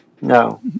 No